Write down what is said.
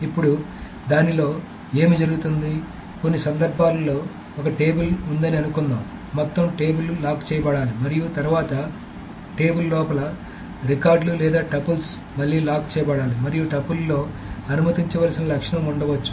ఇప్పుడు దానిలో ఏమి జరుగుతుంది కొన్ని సందర్భాల్లో ఒక టేబుల్ ఉందని అనుకుందాం మొత్తం పట్టిక లాక్ చేయబడాలి మరియు తరువాత టేబుల్ లోపల రికార్డులు లేదా టపుల్స్ మళ్లీ లాక్ చేయబడాలి మరియు టపుల్లో అనుమతించాల్సిన లక్షణం ఉండవచ్చు